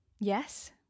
Yes